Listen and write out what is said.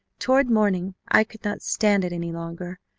toward morning i could not stand it any longer.